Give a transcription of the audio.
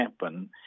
happen